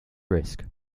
risk